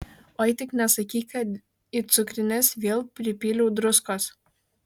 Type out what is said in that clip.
oi tik nesakyk kad į cukrines vėl pripyliau druskos